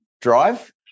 drive